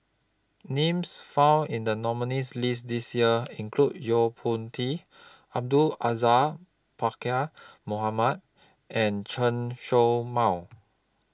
Names found in The nominees' list This Year include Yo Po Tee Abdul Aziz Pakkeer Mohamed and Chen Show Mao